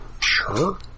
Sure